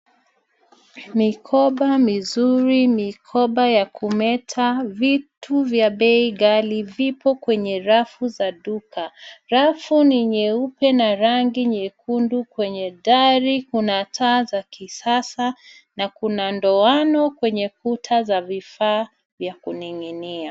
Mikoba mizuri, mikoba ya kumeta, vitu vya bei ghali vipo kwenye rafu za duka, rafu ni nyeupe na rangi nyekundu kwenye dari kuna taa za tasa na kuna ndowano kwenye kuta za vifaa za kuningina.